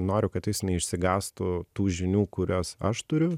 noriu kad jis neišsigąstų tų žinių kurias aš turiu